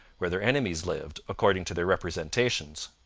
where their enemies lived, according to their representations.